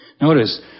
Notice